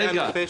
רגע.